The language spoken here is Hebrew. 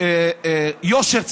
יושר ציבורי,